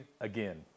again